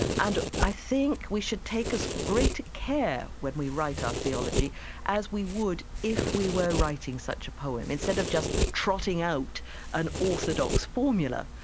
and i think we should take as great a care when we write our theology as we would if we were writing such a poem, instead of just trotting out an orthodox formula,